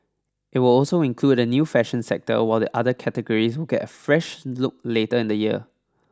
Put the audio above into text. it will also include a new fashion sector while the other categories will get a fresh look later in the year